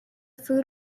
food